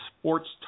sports